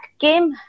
came